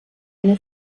eine